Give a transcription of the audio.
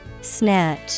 Snatch